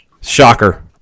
Shocker